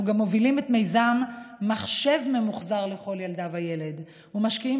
אנחנו גם מובילים את המיזם מחשב ממוחזר לכל ילדה וילד ומשקיעים